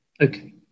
Okay